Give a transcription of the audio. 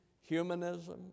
humanism